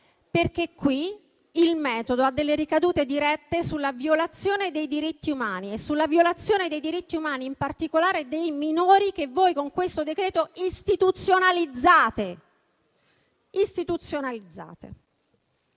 perché qui il metodo ha delle ricadute dirette sulla violazione dei diritti umani e in particolare sulla violazione dei diritti umani dei minori, che voi, con questo decreto, istituzionalizzate.